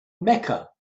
mecca